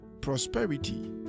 prosperity